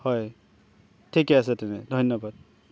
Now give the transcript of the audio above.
হয় ঠিকে আছে তেনে ধন্যবাদ